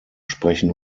sprechen